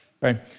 right